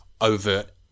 overt